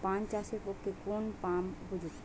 পান চাষের পক্ষে কোন পাম্প উপযুক্ত?